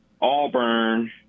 Auburn